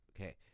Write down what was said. Okay